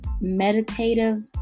meditative